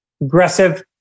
aggressive